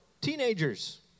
teenagers